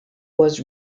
was